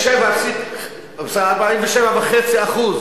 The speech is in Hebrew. ה-47.5%,